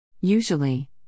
Usually